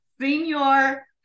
Senior